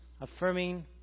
affirming